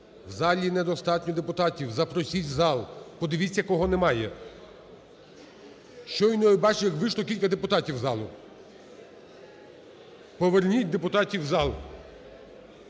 в залі недостатньо депутатів, запросіть в зал, подивіться кого немає. Щойно я бачив як вийшло кілька депутатів з залу. Поверніть депутатів в зал.